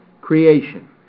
creation